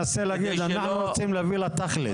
אבל אתה מנסה להגיד, אנחנו מנסים להגיע לתכלס.